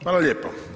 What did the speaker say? Hvala lijepo.